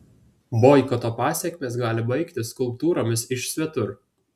boikoto pasekmės gali baigtis skulptūromis iš svetur